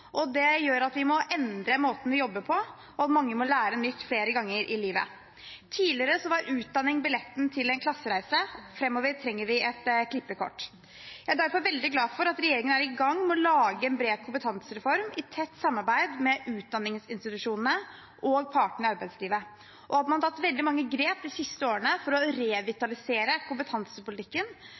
tempo. Det gjør at vi må endre måten vi jobber på, og mange må lære noe nytt flere ganger i livet. Tidligere var utdanning billetten til en klassereise, framover trenger vi et klippekort. Jeg er derfor veldig glad for at regjeringen er i gang med å lage en bred kompetansereform, i tett samarbeid med utdanningsinstitusjonene og partene i arbeidslivet, og at man har tatt veldig mange grep de siste årene for å revitalisere kompetansepolitikken,